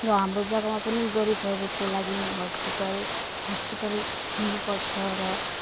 र हाम्रो जगामा पनि गरिबहरूको लागि हस्पिटल हस्पिटल हुनु पर्छ र